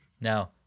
Now